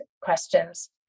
questions